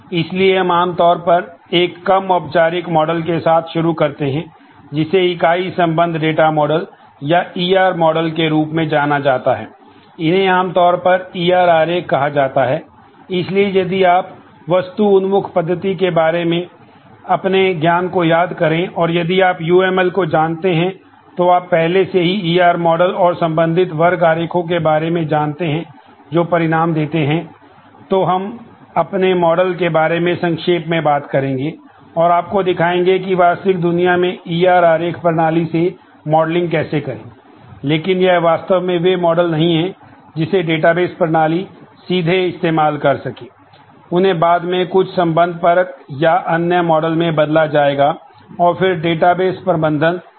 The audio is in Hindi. इसलिए हम आम तौर पर एक कम औपचारिक मॉडल प्रबंधन उसका उपयोग करेगा